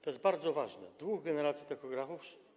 To jest bardzo ważne: dwóch generacji tachografów.